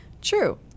True